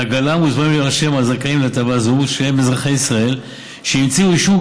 להגרלה מוזמנים להירשם הזכאים להטבה זו שהם אזרחי ישראל שהמציאו אישור,